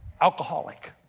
alcoholic